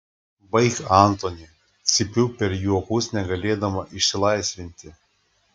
baik antoni cypiu per juokus negalėdama išsilaisvinti